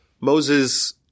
Moses